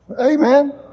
Amen